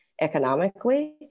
economically